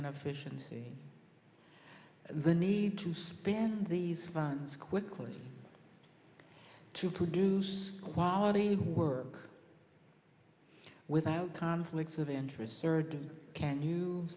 official the need to spend these funds quickly to produce quality work without conflicts of interest can you